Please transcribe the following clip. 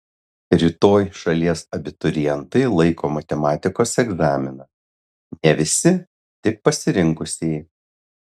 rytoj šalies abiturientai laiko matematikos egzaminą ne visi tik pasirinkusieji